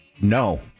No